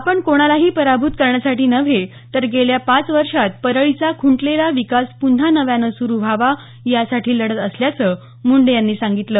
आपण कोणालाही पराभूत करण्यासाठी नव्हे तर गेल्या पाच वर्षात परळीचा ख्रंटलेला विकास पुन्हा नव्याने सूरू व्हावा यासाठी लढत असल्याचं मुंडे यांनी सांगितलं